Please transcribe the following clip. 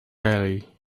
rarely